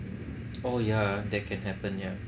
oh yeah that can happen yeah